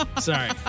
Sorry